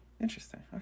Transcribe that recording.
Interesting